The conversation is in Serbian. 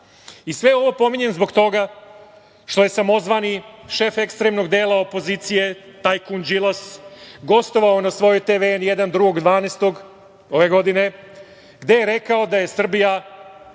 ovo pominjem zbog toga što je samozvani šef ekstremnog dela opozicije, tajkun Đilas, gostovao na svojoj televiziji N1, 2.12. ove godine, gde je rekao da je Srbija,